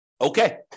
Okay